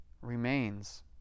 remains